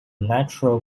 natural